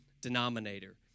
denominator